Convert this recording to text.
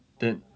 then